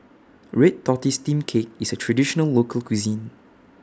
Red Tortoise Steamed Cake IS A Traditional Local Cuisine